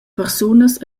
persunas